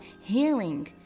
hearing